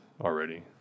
already